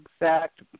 exact